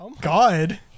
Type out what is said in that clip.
God